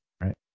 Right